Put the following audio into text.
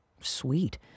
sweet